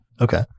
Okay